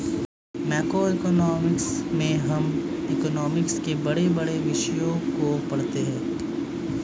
macroeconomics में हम economics के बड़े बड़े विषयों को पढ़ते हैं